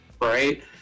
right